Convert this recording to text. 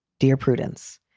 dear prudence,